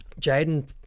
jaden